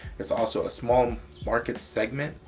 it's also a small market segment.